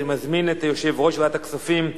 אני מזמין את יושב-ראש ועדת הכספים,